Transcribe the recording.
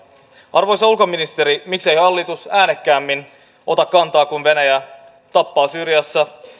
arvoisa ulkoministeri miksei hallitus äänekkäämmin ota kantaa kun venäjä tappaa syyriassa